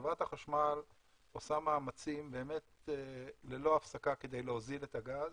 חברת החשמל עושה מאמצים ללא הפסקה כדי להוזיל את הגז.